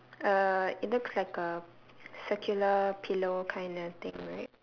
uh it looks like a circular pillow kind of thing right